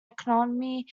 economy